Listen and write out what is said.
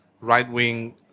right-wing